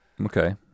okay